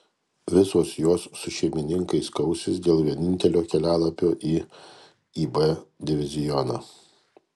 visos jos su šeimininkais kausis dėl vienintelio kelialapio į ib divizioną